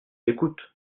écoutent